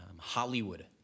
Hollywood